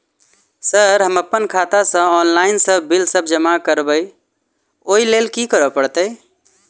Sir हम अप्पन खाता सऽ ऑनलाइन सऽ बिल सब जमा करबैई ओई लैल की करऽ परतै?